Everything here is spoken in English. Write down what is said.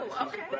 Okay